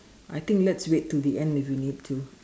I think let's wait till the end if you need to